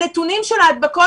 הנתונים של ההדבקות